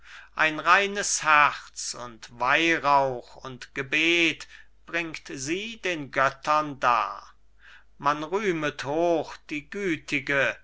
ein reines herz und weihrauch und gebet bringt sie den göttern dar man rühmet hoch die gütige